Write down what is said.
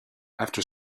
after